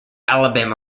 alabama